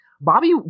Bobby